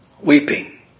weeping